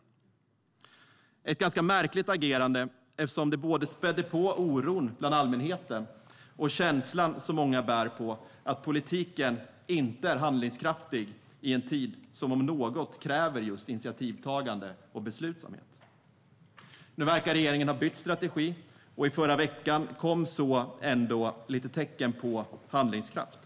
Det var ett ganska märkligt agerade eftersom det spädde på oron hos allmänheten och känslan som många bär på, att politiken inte är handlingskraftig i en tid som om något kräver just initiativtagande och beslutsamhet. Nu verkar regeringen har bytt strategi, och i förra veckan kom så ändå tecken på handlingskraft.